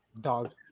Dog